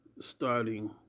starting